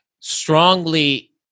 strongly